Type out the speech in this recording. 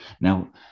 now